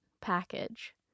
package